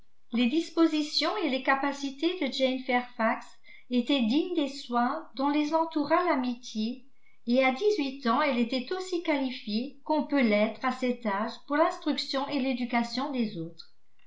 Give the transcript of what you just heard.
les dispositions et les capacités de jane fairfax étaient dignes des soins dont les entoura l'amitié et à dix-huit ans elle était aussi qualifiée qu'on peut l'être à cet âge pour l'instruction et l'éducation des autres